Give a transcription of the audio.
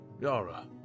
Yara